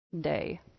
day